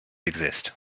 exist